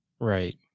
Right